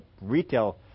retail